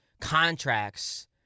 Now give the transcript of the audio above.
contracts